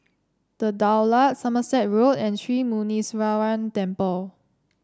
The Daulat Somerset Road and Sri Muneeswaran Temple